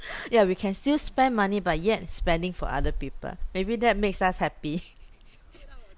ya we can still spend money but yet spending for other people maybe that makes us happy